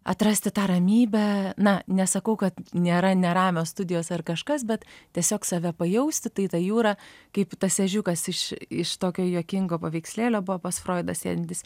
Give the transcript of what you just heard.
atrasti tą ramybę na nesakau kad nėra neramios studijos ar kažkas bet tiesiog save pajausti tai ta jūra kaip tas ežiukas iš iš tokio juokingo paveikslėlio bobas froidas henris